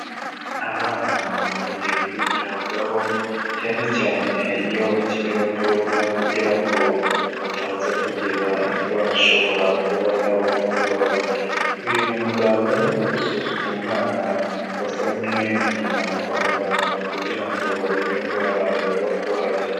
Abana bakwiye kwitabwaho, cyane cyane iyo bakiri batoya kugira ngo bataza kugira indwara ishobora kuba yabahungabanya. Uyu ni umuganga uri gusuzuma umwana wazanywe na nyina kwa muganga kugira ngo barebe indwara yaba arwaye.